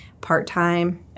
part-time